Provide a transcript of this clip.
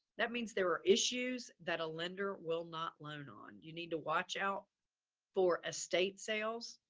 that means there were issues that a lender will not loan on. you need to watch out for estate sales,